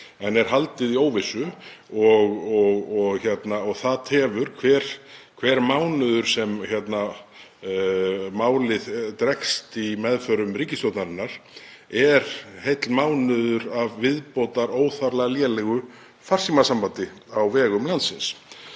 en er haldið í óvissu og það tefur. Hver mánuður sem málið dregst í meðförum ríkisstjórnarinnar er heill mánuður til viðbótar af óþarflega lélegu farsímasambandi á vegum landsins.